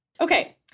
Okay